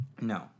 No